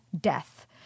death